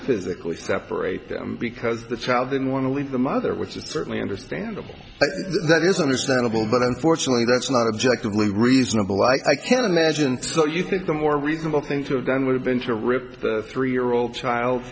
physically separate them because the child didn't want to leave the mother which is certainly understandable that is understandable but unfortunately that's not objective with reasonable like i can't imagine so you think a more reasonable thing to have done would have been to rip the three year old child